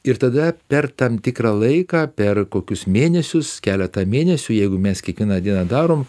ir tada per tam tikrą laiką per kokius mėnesius keletą mėnesių jeigu mes kiekvieną dieną darom